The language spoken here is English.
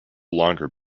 longer